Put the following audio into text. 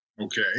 Okay